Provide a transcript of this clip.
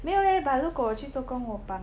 没有 leh but 如果我去做工我绑